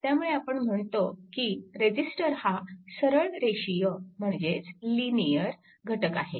त्यामुळे आपण म्हणतो की रेजिस्टर हा सरळरेषीय म्हणजेच लिनिअर घटक आहे